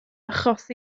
achos